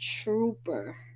trooper